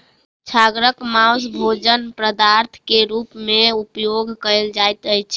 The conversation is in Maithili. छागरक मौस भोजन पदार्थ के रूप में उपयोग कयल जाइत अछि